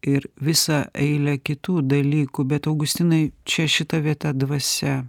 ir visą eilę kitų dalykų bet augustinai čia šita vieta dvasia